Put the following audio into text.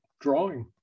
drawing